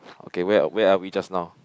okay where where are we just now